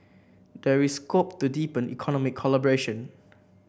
there is scope to deepen economic collaboration